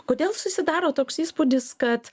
kodėl susidaro toks įspūdis kad